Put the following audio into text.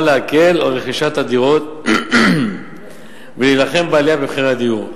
להקל רכישת דירות ולהילחם בעלייה במחירי הדיור.